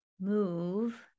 move